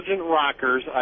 rockers